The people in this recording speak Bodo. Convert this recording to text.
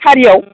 सारियाव